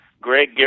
Greg